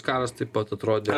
karas taip pat atrodė